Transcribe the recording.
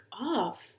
off